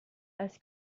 als